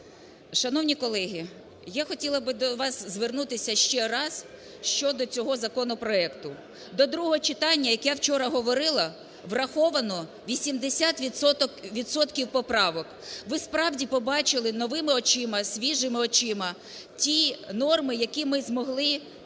Шановні колеги, я хотіла би до вас звернутися ще раз щодо цього законопроекту. До другого читання, як я вчора говорила, враховано 80 відсотків поправок. Ви, справді, побачили новими очима, свіжими очима ті норми, які ми змогли підправити